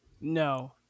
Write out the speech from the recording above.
No